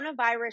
Coronavirus